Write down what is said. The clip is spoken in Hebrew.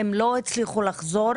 לא הצליחו לחזור